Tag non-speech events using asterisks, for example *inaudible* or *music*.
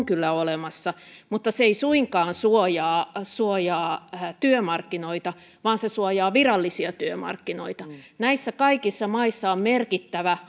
*unintelligible* kyllä olemassa mutta se ei suinkaan suojaa suojaa työmarkkinoita vaan se suojaa virallisia työmarkkinoita näissä kaikissa maissa on merkittävä *unintelligible*